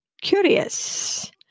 Curious